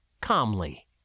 calmly